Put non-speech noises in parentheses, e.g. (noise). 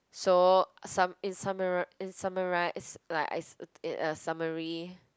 so (noise) in (noise) in summarise like (noise) summary